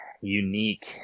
unique